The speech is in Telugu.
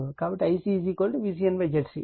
కాబట్టి Ic VCN ZC